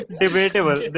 debatable